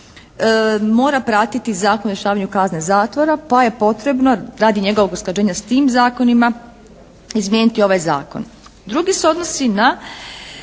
mora pratiti Zakon o rješavanju kazne zatvora pa je potrebno radi njegovo usklađenja s tim zakonima izmijeniti ovaj zakon. Drugi se odnosi na